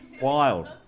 wild